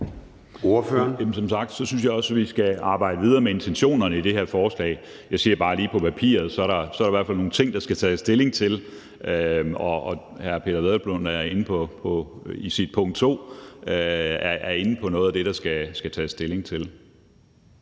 som sagt synes jeg også, vi skal arbejde videre med intentionerne i det her forslag. Jeg siger bare, at som det er lige på papiret, er der i hvert fald nogle ting, der skal tages stilling til. Og hr. Peder Hvelplund er i sit punkt 2 inde på noget af det, der skal tages stilling til.